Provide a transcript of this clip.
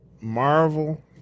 Marvel